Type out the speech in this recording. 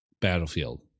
Battlefield